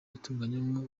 itunganywa